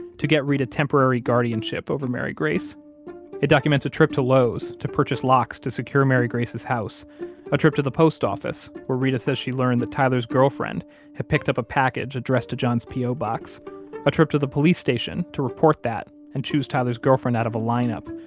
to get reta temporary guardianship over mary grace it documents a trip to lowe's to purchase locks to secure mary grace's house a trip to the post office, where reta says she learned that tyler's girlfriend had picked up a package addressed to john's p o. box a trip to the police station to report that, and choose tyler's girlfriend out of a lineup,